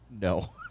No